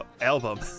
album